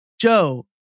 Joe